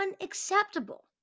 unacceptable